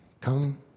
come